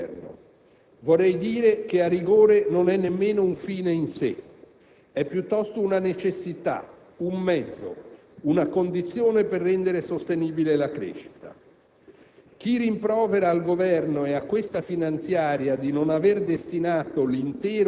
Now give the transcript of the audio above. Il risanamento non è certo l'unico fine dell'azione di Governo. Vorrei dire che, a rigore, non è nemmeno un fine in sé; è piuttosto una necessità, un mezzo, una condizione per rendere sostenibile la crescita.